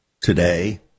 today